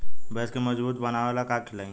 भैंस के मजबूत बनावे ला का खिलाई?